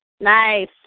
nice